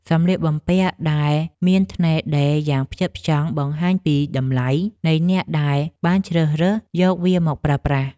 សម្លៀកបំពាក់ដែលមានថ្នេរដេរយ៉ាងផ្ចិតផ្ចង់បង្ហាញពីតម្លៃនៃអ្នកដែលបានជ្រើសរើសយកវាមកប្រើប្រាស់។